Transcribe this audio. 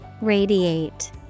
radiate